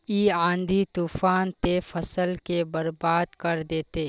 इ आँधी तूफान ते फसल के बर्बाद कर देते?